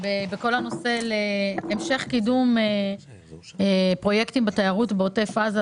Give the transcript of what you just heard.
על המשך קידום פרויקטים בתיירות בעוטף עזה.